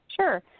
Sure